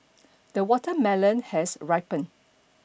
the watermelon has ripened